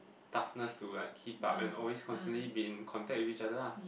toughness to like keep up and always constantly be in contact with each other lah